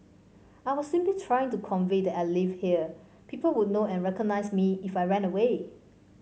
I was simply trying to convey that I lived here people would know and recognise me if I ran away